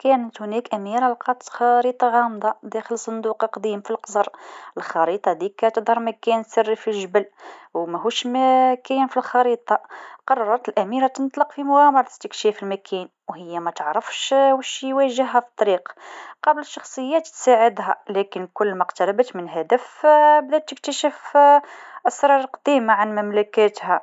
كانت هناك أميره لقات خريطه غامضه داخل صندوق قديم في القصر، الخريطه هذيكا تطلع مكان سري في الجبل وماهوش مكان في الخريطه، قررت الأميره تنطلق في مغامرة استكشاف المكان و هي ما تعرفش اش باش يواجهها في الطريق، قابلت شخصيات تساعدها لكن كل ما اقتربت من الهدف تكتشف أسرار قديما على مملكتها.